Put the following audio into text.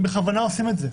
הם בכוונה עושים את זה,